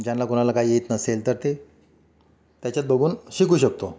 ज्यांना कोणाला काही येत नसेल तर ते त्याच्यात बघून शिकू शकतो